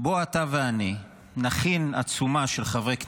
בוא אתה ואני נכין עצומה של חברי כנסת,